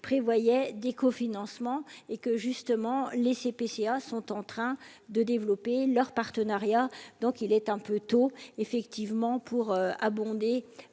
prévoyait des cofinancements et que justement les CP-CE1 sont en train de développer leur partenariat, donc il est un peu tôt effectivement pour abonder